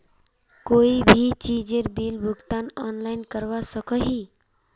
कोई भी चीजेर बिल भुगतान ऑनलाइन करवा सकोहो ही?